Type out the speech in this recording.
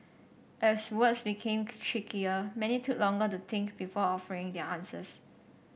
as words became trickier many took longer to think before offering their answers